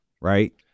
right